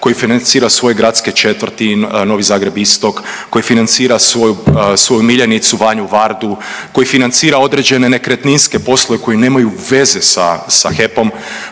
koji financira svoje gradske četvrti, Novi Zagreb-Istok, koji financira svoju, svoju miljenicu Vanju Vardu, koji financira određene nekretninske poslove koji nemaju veze sa, sa HEP-om,